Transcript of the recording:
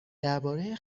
درباره